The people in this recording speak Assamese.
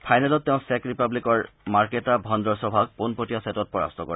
ফাইনেলত তেওঁ চেক ৰিপাব্লিকৰ মাৰ্কেটা ভঙ্ড্ৰছ ভাক পোনপটীয়া ছেটত পৰাস্ত কৰে